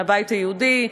מהבית היהודי,